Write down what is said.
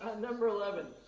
number eleven,